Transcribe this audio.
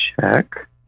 check